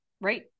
right